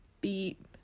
beep